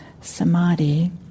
samadhi